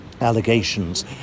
allegations